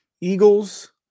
Eagles